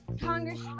Congress